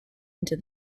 into